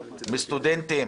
מסטודנטים